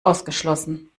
ausgeschlossen